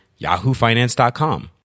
yahoofinance.com